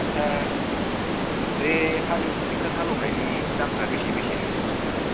आच्छा बे हालेवनाय' ट्रेकटर हालेवनायनि दामफ्रा बेसे बेसे नोंसिनिथिंजायलाय